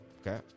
Okay